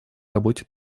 работе